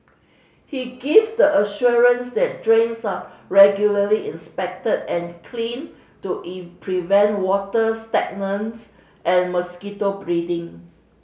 he gave the assurance that drains are regularly inspected and cleaned to prevent water stagnation and mosquito breeding